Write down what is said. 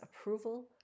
approval